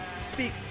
speak